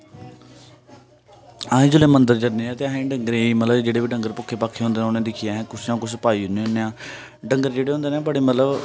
अस जेल्लै मंदर जन्ने आं ते असें डंगरे ई मतलब जेह्ड़े बी डंगर भुक्खे भाखे होंदे ना उ'नें गी दिक्खियै अस कुछ ना कुछ पाई ओड़ने होने आं डंगर जेह्डे़ होंदे ना बडे़ मतलब